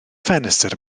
ffenestr